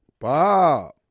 Bob